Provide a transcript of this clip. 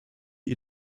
die